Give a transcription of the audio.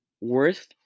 worth